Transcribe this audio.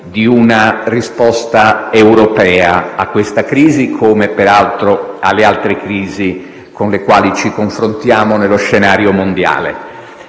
di una risposta europea a questa crisi, come peraltro alle altre crisi con le quali ci confrontiamo nello scenario mondiale.